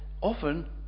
often